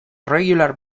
regular